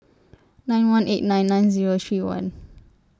nine one eight nine nine Zero three one